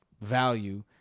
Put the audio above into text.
value